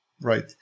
Right